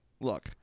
look